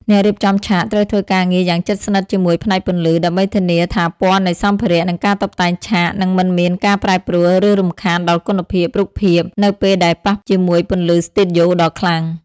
អ្នករៀបចំឆាកត្រូវធ្វើការងារយ៉ាងជិតស្និទ្ធជាមួយផ្នែកពន្លឺ ដើម្បីធានាថាពណ៌នៃសម្ភារៈ និងការតុបតែងឆាកនឹងមិនមានការប្រែប្រួល ឬរំខានដល់គុណភាពរូបភាពនៅពេលដែលប៉ះជាមួយពន្លឺស្ទូឌីយ៉ូដ៏ខ្លាំង។